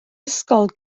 ysgol